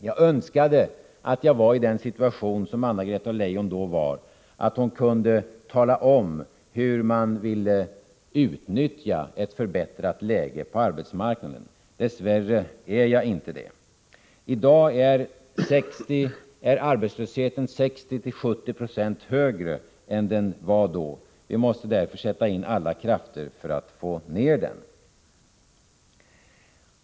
Jag skulle önska att vi i dag hade samma situation som Anna-Greta Leijon befann sig i 1980, då hon kunde tala om hur man skulle kunna dra nytta av ett förbättrat läge på arbetsmarknaden. Dess värre har vi inte den situationen. I dag är arbetslösheten 60-70 96 högre än den var 1980. Vi måste därför sätta in alla krafter för att få ner den.